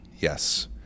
Yes